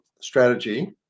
strategy